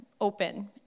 open